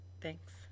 Thanks